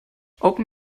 open